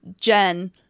Jen